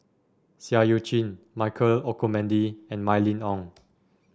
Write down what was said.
Seah Eu Chin Michael Olcomendy and Mylene Ong